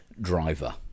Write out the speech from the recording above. driver